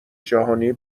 جهانی